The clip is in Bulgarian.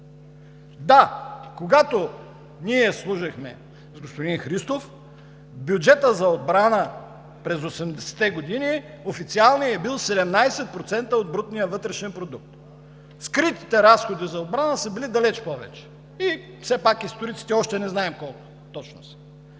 Да, когато ние служехме с господин Христов, официалният бюджет за отбрана през 80-те години е бил 17% от брутния вътрешен продукт. Скритите разходи за отбрана са били далеч повече и все пак историците още не знаем точно колко са.